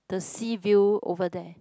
the sea view over there